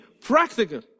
practical